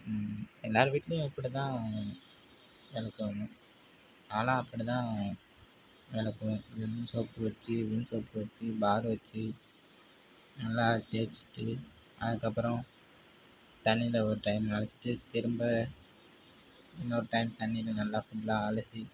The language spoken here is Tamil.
எல்லாேர் வீட்லேயும் இப்படி தான் விளக்குவாங்க நானெல்லாம் அப்படி தான் விளக்குவேன் விம் சோப்பு வச்சு விம் சோப்பு வச்சு பாரை வச்சு நல்லா தேய்ச்சிட்டு அதுக்கப்புறம் தண்ணியில் ஒரு டைம் நனச்சுட்டு திரும்ப இன்னொரு டைம் தண்ணியில் நல்லா ஃபுல்லாக அலசி